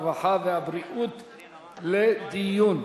הרווחה והבריאות לדיון.